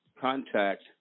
contact